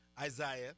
Isaiah